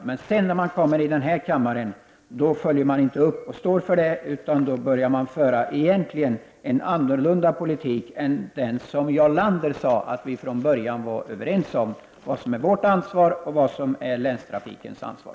Men när man sedan kommer till denna kammare följer man inte upp det och står inte för det utan börjar föra en annorlunda politik än den Jarl Lander sade att vi från början var överens beträffande om vad som är vårt ansvar och vad som är länstrafikbolagens ansvar.